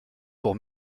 pour